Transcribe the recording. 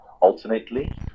alternately